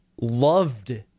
loved